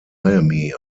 miami